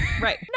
Right